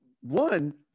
one